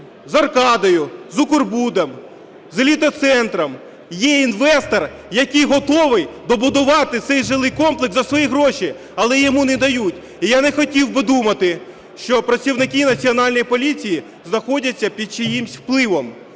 з "Аркадою", з "Укрбудом", з "Еліта-центром". Є інвестор, який готовий добудувати цей жилий комплекс за свої гроші, але йому не дають. Я не хотів би думати, що працівники Національної поліції знаходяться під чиїмось впливом.